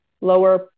lower